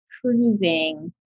proving